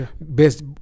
best